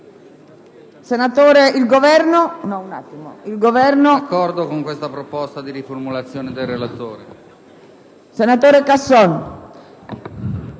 Senatore Casson,